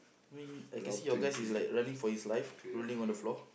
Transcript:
I mean I can see your guys is like running for his life rolling on the floor